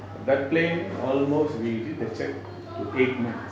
that plane almost we did a check to eight months